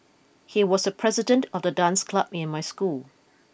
he was the president of the dance club in my school